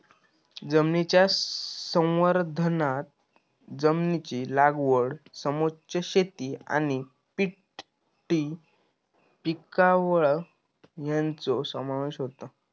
जमनीच्या संवर्धनांत जमनीची लागवड समोच्च शेती आनी पट्टी पिकावळ हांचो समावेश होता